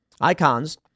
Icons